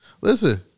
Listen